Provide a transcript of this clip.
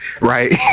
right